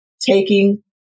taking